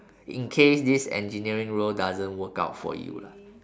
in case this engineering role doesn't work out for you lah